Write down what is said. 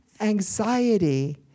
anxiety